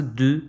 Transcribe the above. de